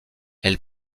elle